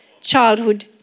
childhood